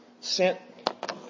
sent